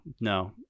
no